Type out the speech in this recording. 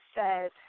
says